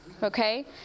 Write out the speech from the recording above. okay